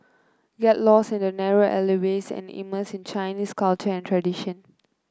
yet lost in the narrow alleyways and immerse in Chinese culture and tradition